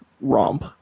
romp